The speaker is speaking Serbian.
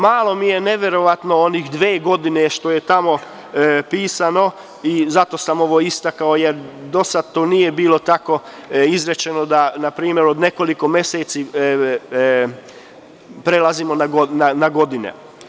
Malo mi je neverovatno one dve godine što je tamo pisano i zato sam ovo i istakao jer do sada to nije bilo tako izrečeno, npr. od nekoliko meseci prelazimo na godine.